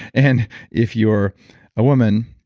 and if you're a woman,